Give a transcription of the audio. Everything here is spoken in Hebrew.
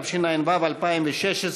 התשע"ו 2016,